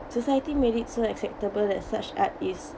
society made it so acceptable that such art is